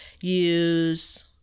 use